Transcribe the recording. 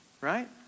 right